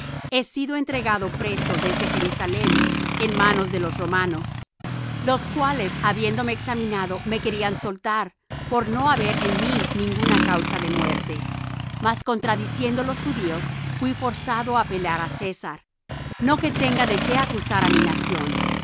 he sido entregado preso desde jerusalem en manos de los romanos los cuales habiéndome examinado me querían soltar por no haber en mí ninguna causa de muerte mas contradiciendo los judíos fuí forzado á apelar á césar no que tenga de qué acusar á mi nación